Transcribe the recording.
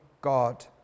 God